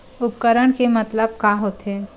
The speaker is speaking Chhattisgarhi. उपकरण के मतलब का होथे?